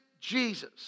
Jesus